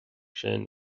sin